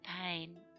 pain